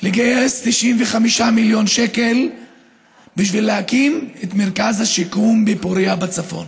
לגייס 95 מיליון שקל בשביל להקים את מרכז השיקום בפוריה בצפון.